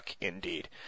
indeed